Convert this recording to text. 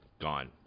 gone